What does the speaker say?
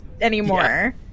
anymore